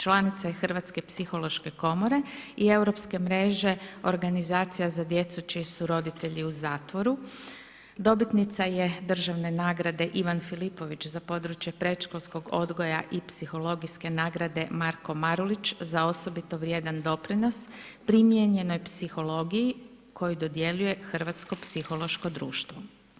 Članica je Hrvatske psihološke komore i Europske mreže organizacija za djecu čiji su roditelji u zatvoru, dobitnica je državne nagrade Ivan Filipović za područje predškolskog odgoja i psihologijske nagrade Marko Marulić za osobito vrijedan doprinos, primijenjenoj psihologiji koje dodjeljuje Hrvatsko psihološko društvo.